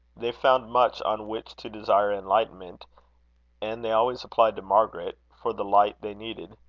they found much on which to desire enlightenment and they always applied to margaret for the light they needed.